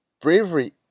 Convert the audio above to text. bravery